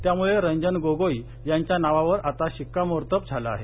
त्यामुळे रंजन गोगोई यांच्या नावावर आता शिक्कामोर्तब झालं आहे